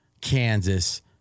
Kansas